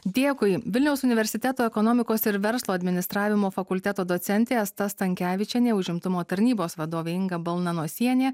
dėkui vilniaus universiteto ekonomikos ir verslo administravimo fakulteto docentė asta stankevičienė užimtumo tarnybos vadovė inga balnanosienė